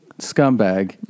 scumbag